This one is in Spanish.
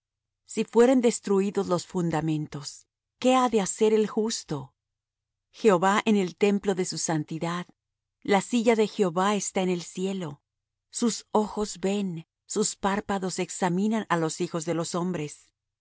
si fueren destruídos los fundamentos qué ha de hacer el justo jehová en el templo de su santidad la silla de jehová está en el cielo sus ojos ven sus párpados examinan á los hijos de los hombres